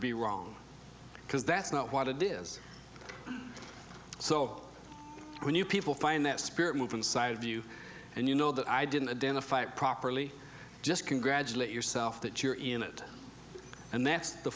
be wrong because that's not what it is so when you people find that spirit move inside of you and you know that i didn't identify it properly just congratulate yourself that you're in it and that's the